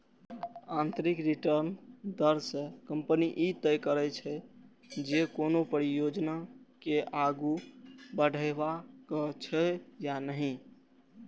आंतरिक रिटर्न दर सं कंपनी ई तय करै छै, जे कोनो परियोजना के आगू बढ़ेबाक छै या नहि